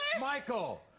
Michael